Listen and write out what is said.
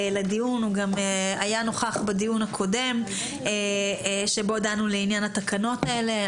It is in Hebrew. הוא גם היה נוכח בדיון הקודם בו דנו לעניין התקנות האלה.